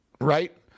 right